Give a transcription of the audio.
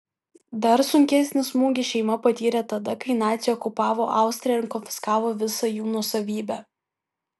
dar sunkesnį smūgį šeima patyrė tada kai naciai okupavo austriją ir konfiskavo visą jų nuosavybę